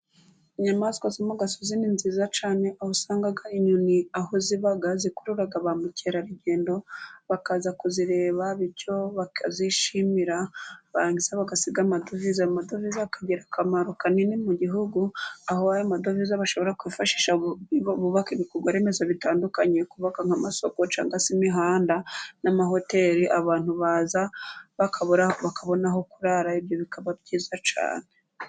Inyamaswa zo mu gasozi ni nziza cyane. Aho usanga inyoni. Aho ziba zikurura ba mukerarugendo, bakaza kuzireba, bityo bakazishimira, barangiza bagasiga amadovize. Amadovize akagira akamaro kanini mu gihugu. Aho ayo amadovize bashobora kwifashisha bubaka ibikorwa-remezo bitandukanye. Bubaka nk'amasoko cyangwa se imihanda, n'amahoteli. Abantu baza bakabona aho kurara. Ibyo bikaba byiza cyane.